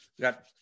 got